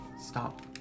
stop